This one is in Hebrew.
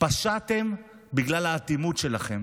פשעתם בגלל האטימות שלכם,